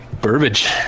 Burbage